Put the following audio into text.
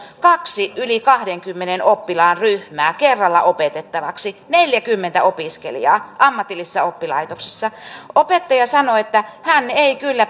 kaksi yli kahteenkymmeneen oppilaan ryhmää kerralla opetettavaksi neljäkymmentä opiskelijaa ammatillisessa oppilaitoksessa opettaja sanoi että hän ei kyllä